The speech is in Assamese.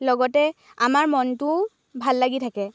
লগতে আমাৰ মনটোও ভাল লাগি থাকে